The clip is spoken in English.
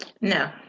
No